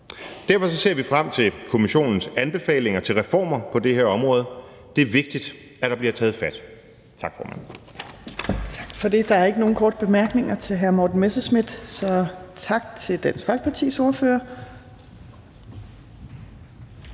Derfor ser vi frem til kommissionens anbefalinger til reformer på det her område. Det er vigtigt, at der bliver taget fat. Tak, formand. Kl. 11:29 Fjerde næstformand (Trine Torp): Tak for det. Der er ikke nogen korte bemærkninger til hr. Morten Messerschmidt, så tak til Dansk Folkepartis ordfører.